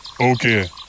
Okay